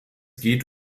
geht